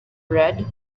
red